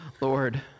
lord